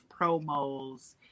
promos